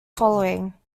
following